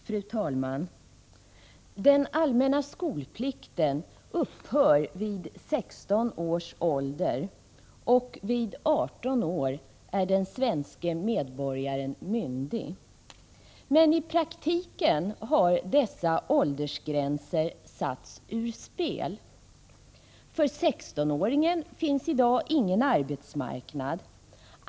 Fru talman! Den allmäna skolplikten upphör vid 16 års ålder, och vid 18 år är den svenske medborgaren myndig. Men i praktiken har dessa åldersgränser satts ur spel. För 16-åringar finns i dag ingen arbetsmarknad.